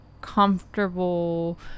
comfortable